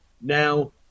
now